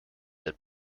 that